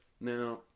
Now